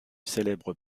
célèbre